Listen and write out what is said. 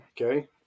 Okay